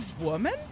woman